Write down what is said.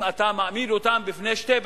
אם אתה מעמיד אותם בפני שתי ברירות: